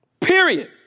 Period